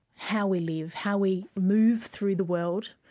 how we live, how we move through the world,